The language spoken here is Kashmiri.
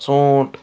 ژوٗنٛٹھ